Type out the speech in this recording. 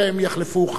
תודה רבה לך.